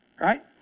Right